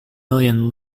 million